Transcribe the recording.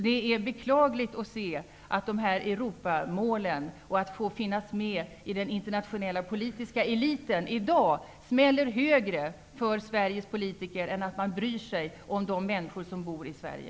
Det är beklagligt att Europamålen och målet att få finnas med i den internationella politiska eliten i dag smäller högre för Sveriges politiker än omsorgen om de människor som bor i Sverige.